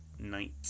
night